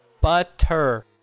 Butter